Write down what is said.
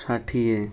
ଷାଠିଏ